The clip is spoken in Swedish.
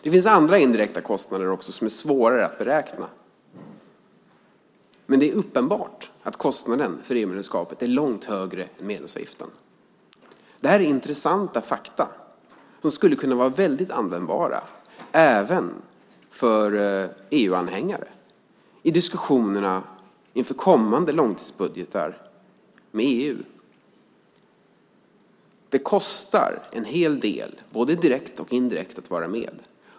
Det finns också andra indirekta kostnader som är svårare att beräkna, men det är uppenbart att kostnaden för EU-medlemskapet är långt högre än medlemsavgiften. Det här är intressanta fakta som skulle kunna vara väldigt användbara även för EU-anhängare i diskussionerna med EU inför kommande långtidsbudgetar. Det kostar en hel del, både direkt och indirekt, att vara med.